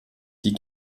die